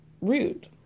rude